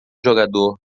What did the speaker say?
jogador